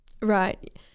Right